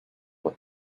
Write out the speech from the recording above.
what